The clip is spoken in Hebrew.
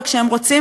וכשהם רוצים,